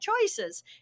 choices